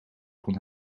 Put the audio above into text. kon